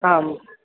आम्